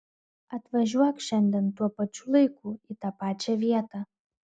atvažiuok šiandien tuo pačiu laiku į tą pačią vietą